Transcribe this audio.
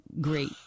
great